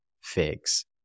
figs